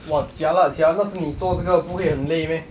!wah! jialat sia 那时你做这个不会很累 meh